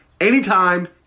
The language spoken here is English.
anytime